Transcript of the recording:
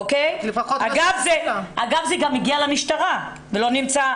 אגב, זה גם הגיע למשטרה ולא מצאו